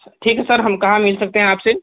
sir ठीक है sir हम कहाँ मिल सकते हैं आपसे